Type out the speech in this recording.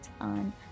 on